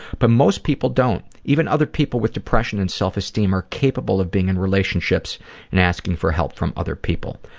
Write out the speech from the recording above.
but most people don't. even other people with depression and low self-esteem are capable of being in relationships and asking for help from other people.